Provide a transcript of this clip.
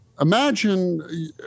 imagine